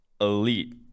elite